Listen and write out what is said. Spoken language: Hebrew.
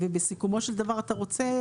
ובסיכומו של דבר אתה רוצה,